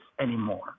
anymore